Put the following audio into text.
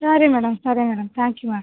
ಸರಿ ಮೇಡಮ್ ಸರಿ madam thank you ma'am